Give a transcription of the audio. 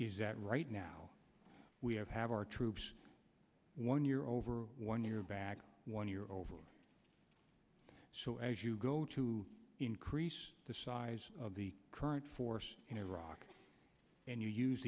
is that right now we have have our troops one year over one year back one year over so as you go to increase the size of the current force in iraq and you use